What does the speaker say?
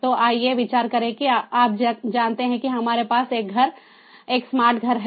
तो आइए विचार करें कि आप जानते हैं कि हमारे पास एक स्मार्ट घर है